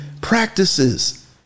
practices